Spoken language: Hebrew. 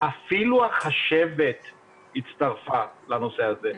אפילו החשבת הצטרפה לנושא הזה,